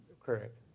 Correct